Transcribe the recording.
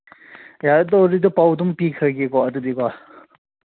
ꯌꯥꯏ ꯑꯗꯣ ꯑꯣꯏꯔꯗꯤ ꯄꯥꯎ ꯑꯗꯨꯝ ꯄꯤꯈ꯭ꯔꯒꯦ ꯀꯣ ꯑꯗꯨꯗꯤ ꯀꯣ